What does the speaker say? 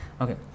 Okay